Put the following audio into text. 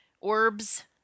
orbs